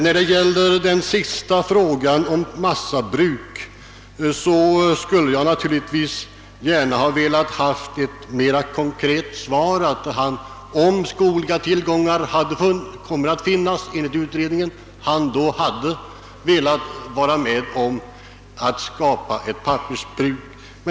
Beträffande frågan om massabruk skulle jag naturligtvis gärna ha velat få ett mera konkret svar. Om enligt utredningen skogliga tillgångar kan anses finnas hade jag önskat få statsrådets ord på att han inte motsätter sig uppförandet av ett massabruk.